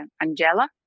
angela